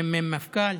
ממלא מקום המפכ"ל,